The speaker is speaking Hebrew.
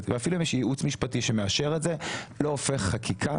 ואפילו אם יש ייעוץ משפטי שמאפשר את זה לא הופך חקיקה